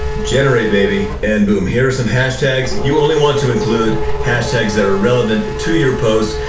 generate, baby, and boom, here are some hashtags. you only want to include hashtags that are relevant to your post.